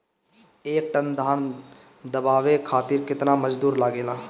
एक टन धान दवावे खातीर केतना मजदुर लागेला?